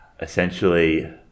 essentially